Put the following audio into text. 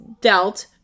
dealt